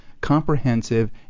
comprehensive